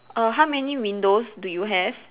err how many windows do you have